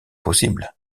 possibles